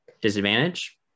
Disadvantage